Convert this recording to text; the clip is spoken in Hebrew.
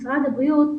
משרד הבריאות,